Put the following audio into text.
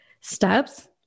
steps